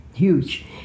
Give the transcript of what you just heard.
huge